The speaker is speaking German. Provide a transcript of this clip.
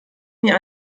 mir